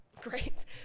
great